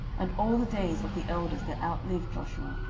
and all the days of the elders that outlived joshua,